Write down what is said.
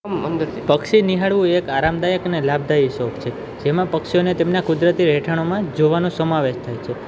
પક્ષી નિહાળવું એક આરામદાયક અને લાભદાયી શોખ છે જેમાં પક્ષીઓને તેમના કુદરતી રહેઠાણોમાં જોવાનો સમાવેશ થાય છે